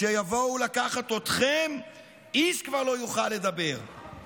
כשיבואו לקחת אתכם איש כבר לא יוכל לדבר.